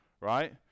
right